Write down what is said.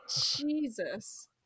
Jesus